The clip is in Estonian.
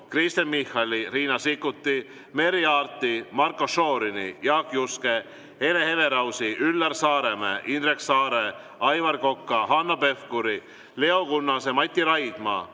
Kristen Michali, Riina Sikkuti, Merry Aarti, Marko Šorini, Jaak Juske, Hele Everausi, Üllar Saaremäe, Indrek Saare, Aivar Koka, Hanno Pevkuri, Leo Kunnase, Mati Raidma,